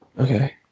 Okay